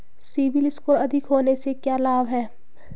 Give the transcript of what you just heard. CIBIL score अधिक होने से क्या लाभ हैं?